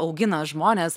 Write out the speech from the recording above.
augina žmonės